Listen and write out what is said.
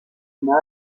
محض